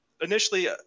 initially